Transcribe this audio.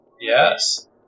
Yes